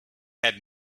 had